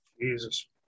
Jesus